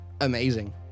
amazing